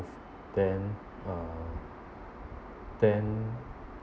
then uh then